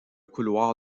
couloir